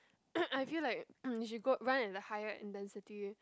I feel like you should go run at a higher intensity